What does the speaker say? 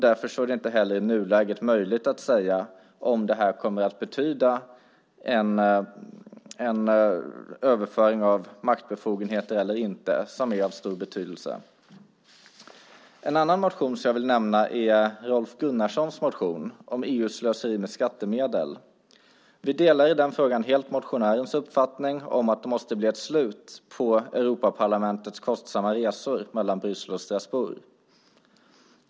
Därför är det inte heller i nuläget möjligt att säga om det kommer att betyda en överföring av maktbefogenheter som är av stor betydelse eller inte. En annan motion som jag vill nämna är Rolf Gunnarssons motion om EU:s slöseri med skattemedel. Vi delar i den frågan helt motionärens uppfattning att det måste bli ett slut på Europaparlamentets kostsamma resor mellan Bryssel och Strasbourg.